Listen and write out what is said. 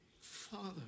Father